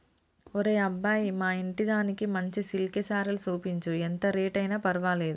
ఒరే అబ్బాయి మా ఇంటిదానికి మంచి సిల్కె సీరలు సూపించు, ఎంత రేట్ అయిన పర్వాలేదు